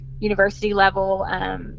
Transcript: university-level